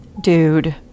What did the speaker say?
dude